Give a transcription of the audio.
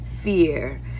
fear